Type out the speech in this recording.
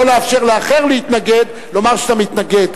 לאפשר לאחר להתנגד לומר שאתה מתנגד.